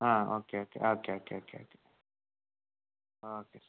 ആ okay okay okay okay okay okay okay sir